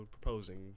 proposing